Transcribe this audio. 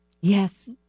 Yes